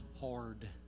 hard